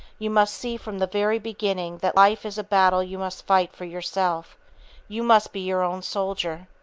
you must see from the very beginning that life is a battle you must fight for yourself you must be your own soldier.